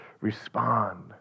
respond